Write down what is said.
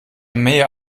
mehr